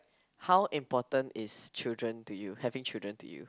how important is children to you having children to you